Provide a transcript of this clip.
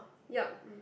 yup